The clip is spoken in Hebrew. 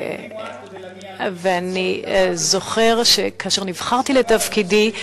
ואני זוכר שכאשר נבחרתי לתפקידי,